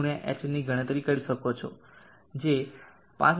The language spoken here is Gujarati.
h ની ગણતરી કરી શકો છો જે 5991